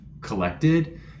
collected